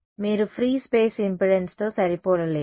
మీరు free space ఇంపెడెన్స్తో సరిపోలలేరు